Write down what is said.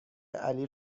علی